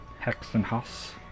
Hexenhaus